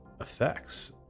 effects